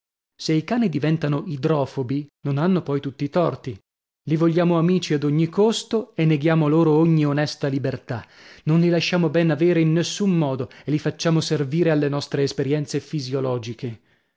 se i cani diventano idrofobi non hanno poi tutti i torti li vogliamo amici ad ogni costo e neghiamo loro ogni onesta libertà non li lasciamo ben avere in nessun modo e li facciamo servire alle nostre esperienze fisiologiche